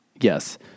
Yes